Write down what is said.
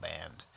Band